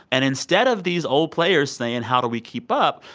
and instead of these old players saying, how do we keep up,